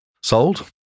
sold